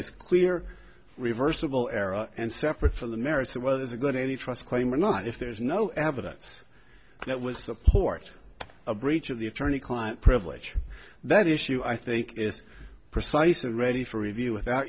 it's clear reversible error and separate from the merits of whether there's a good any trust claim or not if there's no evidence that was support a breach of the attorney client privilege that issue i think is precise and ready for review with